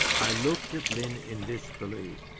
i looked at lyn in disbelief,